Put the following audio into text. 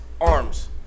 arms